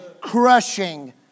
crushing